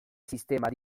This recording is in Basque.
sistema